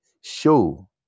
show